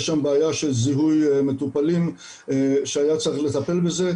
יש שם בעיה של זיהוי מטופלים שהיה צריך לטפל בזה,